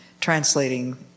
translating